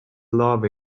love